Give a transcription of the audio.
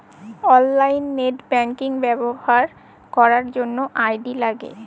online net banking ব্যবহার করার জন্য আই.ডি লাগে